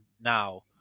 now